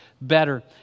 better